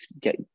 get